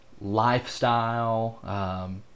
lifestyle